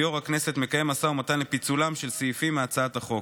יו"ר הכנסת מקיים משא ומתן על פיצולם של סעיפים מהצעת החוק.